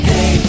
Hey